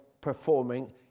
performing